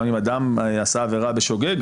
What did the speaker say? גם אם אדם עשה עבירה בשוגג.